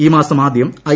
ഈ മാസം ആദ്യം ഐ